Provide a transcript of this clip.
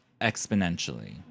exponentially